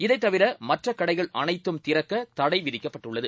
இதைதவிரமற்றகடைகள்அனைத்தும்திறக்கதடைவிதி க்கப்பட்டுள்ளது